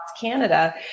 Canada